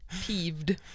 peeved